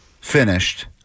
finished